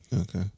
Okay